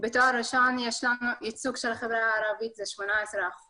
בתואר הראשון יש לנו ייצוג של החברה הערבית של 18%,